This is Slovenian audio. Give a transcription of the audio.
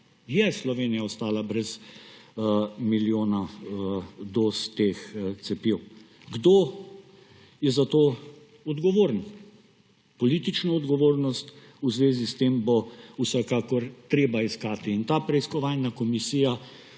je Slovenija ostala brez milijona doz teh cepiv. Kdo je za to odgovoren? Politično odgovornost v zvezi s tem bo vsekakor treba iskati. Ta preiskovalna komisija